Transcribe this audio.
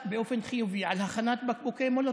באופן חיובי על הכנת בקבוקי מולוטוב.